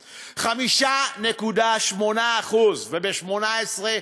5.8%. וב-2018,